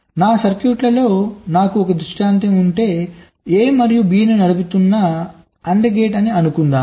నా సర్క్యూట్లలో నాకు ఒక దృష్టాంతం ఉంటే A మరియు B ను నడుపుతున్న AND గేట్ అని అనుకుందాం